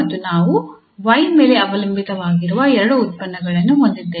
ನಾವು 𝑦 ಮೇಲೆ ಅವಲಂಬಿತವಾಗಿರುವ ಎರಡು ಉತ್ಪನ್ನಗಳನ್ನು ಹೊಂದಿದ್ದೇವೆ